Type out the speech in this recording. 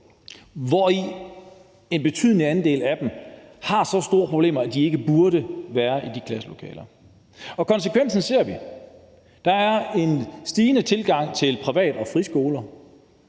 hvoraf en betydelig andel har så store problemer, at de ikke burde være i de klasselokaler. Og konsekvensen ser vi: Der er en stigende tilgang til privat- og friskoler,